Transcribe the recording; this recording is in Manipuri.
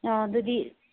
ꯑꯗꯨꯗꯤ